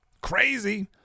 Crazy